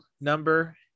number